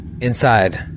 Inside